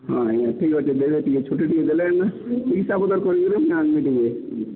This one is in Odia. ହଁ ଆଜ୍ଞା ଠିକ୍ ଅଛେ ଦେଲେ ଟିକେ ଛୁଟି ଟିକେ ଦେଲେ ନା